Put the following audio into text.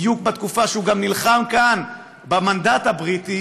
בדיוק בתקופה שהוא נלחם כאן במנדט הבריטי